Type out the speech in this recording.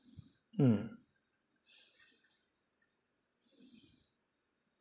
mm